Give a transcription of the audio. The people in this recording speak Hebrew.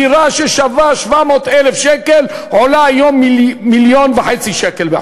דירה בחולון שהייתה שווה 700,000 שקל עולה היום מיליון וחצי שקל.